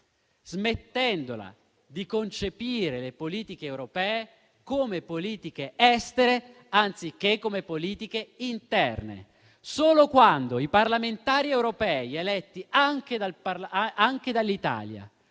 smettendola di concepire le politiche europee come politiche estere anziché come politiche interne. Solo quando i parlamentari europei, eletti anche dall'Italia,